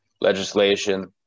legislation